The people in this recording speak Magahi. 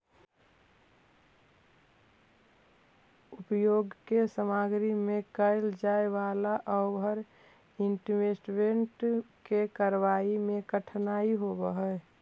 उपभोग के सामग्री में कैल जाए वालला ओवर इन्वेस्टमेंट के भरपाई में कठिनाई होवऽ हई